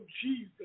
Jesus